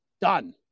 Done